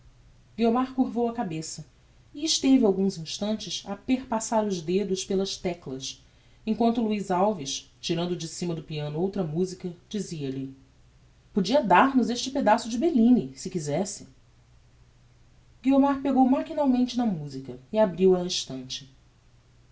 guiomar curvou a cabeça e esteve alguns instantes a perpassar os dedos pelas teclas em quanto luiz alves tirando de cima do piano outra musica dizia-lhe podia dar-nos este pedaço de bellini se quizesse guiomar pegou machinalmente na musica e abriu-a na estante